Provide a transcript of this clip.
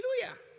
Hallelujah